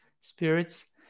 spirits